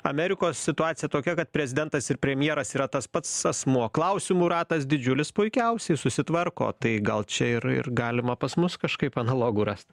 amerikos situacija tokia kad prezidentas ir premjeras yra tas pats asmuo klausimų ratas didžiulis puikiausiai susitvarko tai gal čia ir ir galima pas mus kažkaip analogų rast